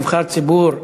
נבחר ציבור,